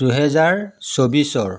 দুহেজাৰ চৌবিছৰ